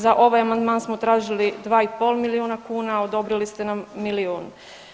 Za ovaj amandman smo tražili 2,5 milijun kuna, odobrili ste nam milijun.